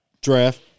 Draft